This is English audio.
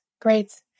Great